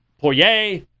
Poirier